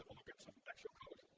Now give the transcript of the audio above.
look at some actual code.